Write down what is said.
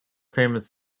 famous